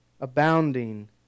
abounding